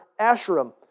ashram